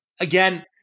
Again